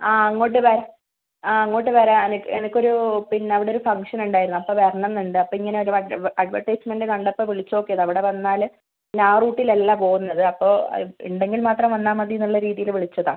ആ അങ്ങോട്ട് വെ ആ അങ്ങോട്ട് വരാൻ എനിക്ക് എനിക്കൊരു പിന്നെ അവിടെ ഒരു ഫങ്ഷൻ ഉണ്ടായിരുന്നു അപ്പം വരണം എന്നുണ്ട് അപ്പം ഇങ്ങനെ ഒരു അഡ്വ അഡ്വർടൈസ്മെന്റ് കണ്ടപ്പോൾ വിളിച്ചു നോക്കിയതാണ് അവിടെ വന്നാൽ ആ റൂട്ടിൽ അല്ല പോവുന്നത് അപ്പോൾ ഉണ്ടെങ്കിൽ മാത്രം വന്നാൽ മതിയെന്നുള്ള രീതിയിൽ വിളിച്ചതാണ്